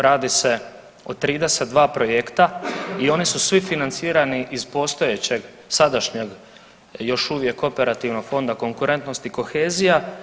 Radi se o 32 projekta i oni su svi financirani iz postojećeg sadašnjeg još uvijek operativnog fonda konkurentnosti i kohezija.